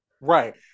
Right